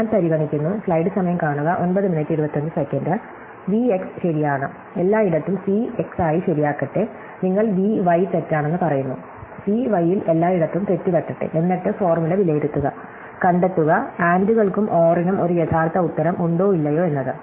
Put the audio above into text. ഞാൻ പരിഗണിക്കുന്നു സമയം കാണുക 0925 V x ശരിയാണ് എല്ലായിടത്തും സി എക്സ് ആയി ശരിയാക്കട്ടെ നിങ്ങൾ വി വൈ തെറ്റാണെന്ന് പറയുന്നു സി വൈയിൽ എല്ലായിടത്തും തെറ്റുപറ്റട്ടെ എന്നിട്ട് ഫോർമുല വിലയിരുത്തുക കണ്ടെത്തുക AND കൾക്കും OR നും ഒരു യഥാർത്ഥ ഉത്തരം ഉണ്ടോ ഇല്ലയോ എന്നത്